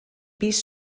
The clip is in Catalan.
pis